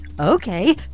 Okay